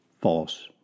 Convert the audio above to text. false